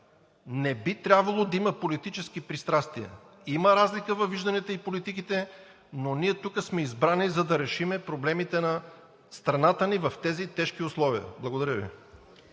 не би трябвало да има политически пристрастия. Има разлика във вижданията и политиките, но ние тук сме избрани, за да решим проблемите на страната ни в тези тежки условия. Благодаря Ви.